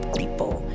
people